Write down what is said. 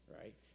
right